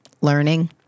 learning